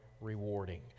rewarding